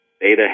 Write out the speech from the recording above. data